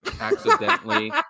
accidentally